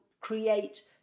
create